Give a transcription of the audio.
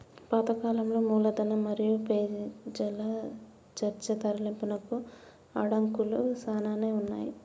పాత కాలంలో మూలధనం మరియు పెజల చర్చ తరలింపునకు అడంకులు సానానే ఉన్నాయి